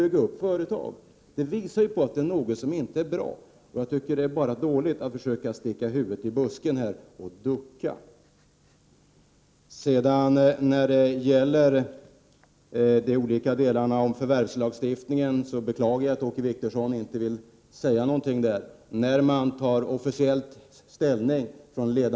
Detta är ett bevis för att det är något som inte är bra. Det är dåligt att så att säga försöka sticka huvudet i busken och ducka för fakta! Jag beklagar att Åke Wictorsson inte vill säga någonting om de olika delarna i förvärvslagstiftningen.